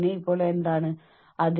അത് എനിക്ക് ശാരീരിക ലക്ഷണങ്ങൾ നൽകാം